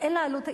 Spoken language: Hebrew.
אין לה עלות,